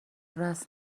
راس